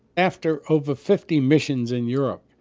after over fifty missions in europe,